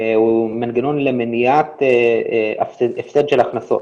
הוא מנגנון למניעת הפסד של הכנסות,